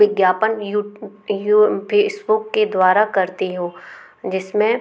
विज्ञापन फेसबुक के द्वारा करती हूँ जिसमें